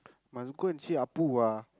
must go and see Appu ah